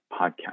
Podcast